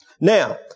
Now